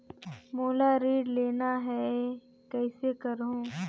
मोला ऋण लेना ह, कइसे करहुँ?